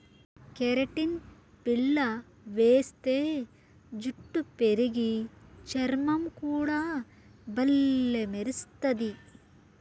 keratin బిల్ల వేస్తే జుట్టు పెరిగి, చర్మం కూడా బల్లే మెరస్తది